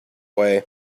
way